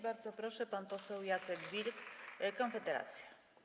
Bardzo proszę, pan poseł Jacek Wilk, Konfederacja.